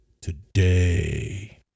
today